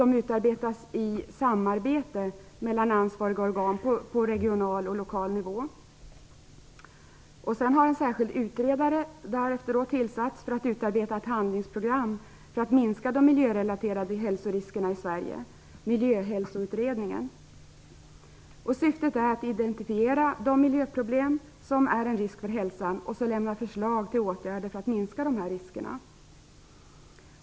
Det utarbetas i samarbete mellan ansvariga organ på regional och lokal nivå. Därefter har en särskild utredare tillsatts för att utarbeta ett handlingsprogram för att minska de miljörelaterade hälsoriskerna i Sverige, Miljöhälsoutredningen. Syftet är att identifiera de miljöproblem som är en risk för hälsan och lämna förslag till åtgärder för att minska dessa risker.